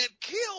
killed